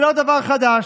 זה לא דבר חדש.